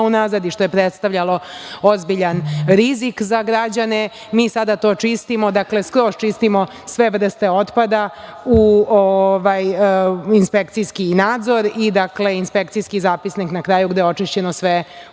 unazad, i što je predstavljalo ozbiljan rizik za građane. Mi sada to čistimo. Skroz čistimo sve vrste otpada, uz inspekcijski nadzor, inspekcijski zapisnik na kraju gde je očišćeno sve u